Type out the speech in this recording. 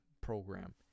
program